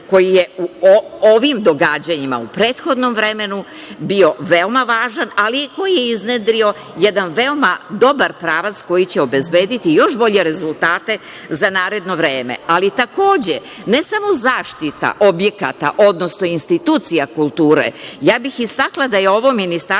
koji je u ovim događanjima, u prethodnom vremenu bio veoma važan, ali i koji je iznedrio jedan veoma dobar pravac koji će obezbediti još bolje rezultate za naredno vreme. Takođe, ne samo zaštita objekata, odnosno institucija kulture. Istakla bih da je ovo ministarstvo